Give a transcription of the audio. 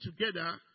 together